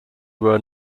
were